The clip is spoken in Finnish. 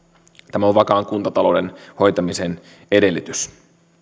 tämä on vakaan kuntatalouden hoitamisen edellytys